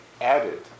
added